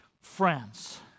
Friends